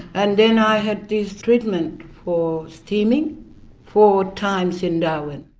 and then i had this treatment for steaming four times in darwin.